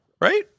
Right